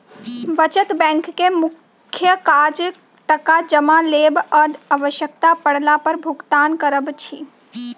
बचत बैंकक मुख्य काज टाका जमा लेब आ आवश्यता पड़ला पर भुगतान करब अछि